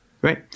Great